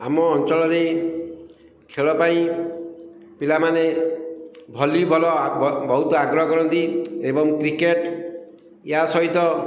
ଆମ ଅଞ୍ଚଳରେ ଖେଳ ପାଇଁ ପିଲାମାନେ ଭଲି ବଲ୍ ବହୁତ ଆଗ୍ରହ କରନ୍ତି ଏବଂ କ୍ରିକେଟ୍ ୟା ସହିତ